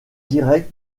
direct